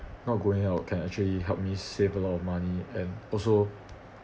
not going out can actually help me save a lot of money and also